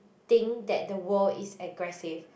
think that the world is aggressive